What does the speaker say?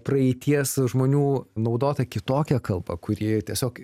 praeities žmonių naudota kitokia kalba kuri tiesiog